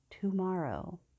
tomorrow